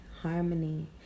harmony